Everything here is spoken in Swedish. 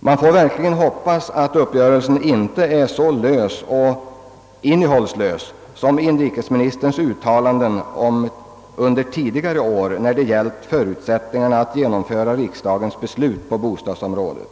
Man får verkligen hoppas att uppgörelsen inte är så lös och innehållslös som inrikesministerns uttalanden under tidigare år, när det gällt förutsättningarna för genomförandet av riksdagens beslut på bostadsområdet.